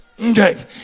Okay